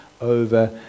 over